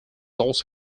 also